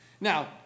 Now